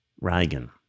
Reagan